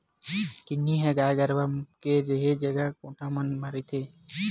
किन्नी ह गाय गरुवा के रेहे जगा कोठा मन म रहिथे